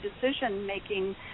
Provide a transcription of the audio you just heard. decision-making